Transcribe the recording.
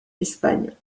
espagne